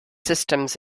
systems